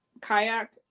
kayak